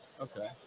Okay